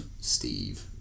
Steve